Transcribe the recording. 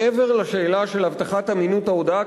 מעבר לשאלה של הבטחת אמינות ההודעה,